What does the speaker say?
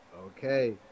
Okay